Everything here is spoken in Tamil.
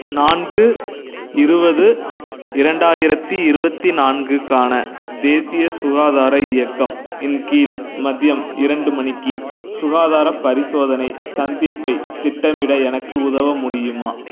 நான்கு இருபது இரண்டாயிரத்தி இருபத்தி நான்கு க்கான தேசிய சுகாதார இயக்கம் இன் கீழ் மதியம் இரண்டு மணிக்கு சுகாதாரப் பரிசோதனை சந்திப்பைத் திட்டமிட எனக்கு உதவ முடியுமா